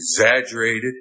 exaggerated